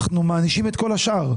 אנחנו מענישים את כל השאר.